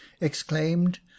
exclaimed